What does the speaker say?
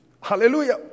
Hallelujah